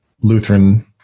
Lutheran